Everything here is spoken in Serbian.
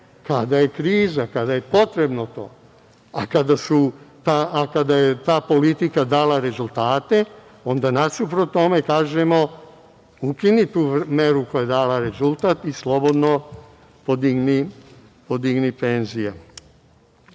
kada je kriza, kada je potrebno to. A kada je ta politika dala rezultate, onda nasuprot tome kažemo – ukini tu meru koja je dala rezultat i slobodno podigni penzije. To